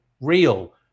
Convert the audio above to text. real